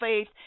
faith